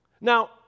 Now